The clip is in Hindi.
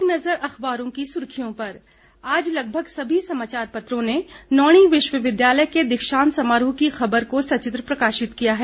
अब एक नजर अखबारों की सुर्खियों पर आज लगभग सभी समाचार पत्रों ने नौणी विश्वविद्यालय के दीक्षांत समारोह की खबर को सचित्र प्रकाशित किया है